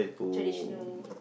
traditional